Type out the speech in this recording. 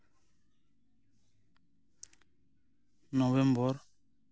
November